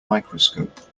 microscope